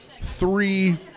three